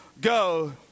go